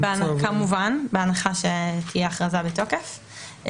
כמובן בהנחה שתהיה הכרזה בתוקף,